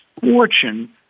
fortune